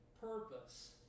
purpose